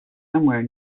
somewhere